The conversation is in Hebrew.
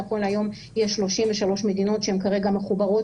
נכון להיום יש 33 מדינות שהן כרגע מחוברות